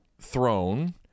Throne